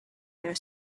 their